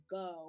go